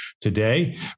today